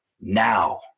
now